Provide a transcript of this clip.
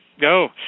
go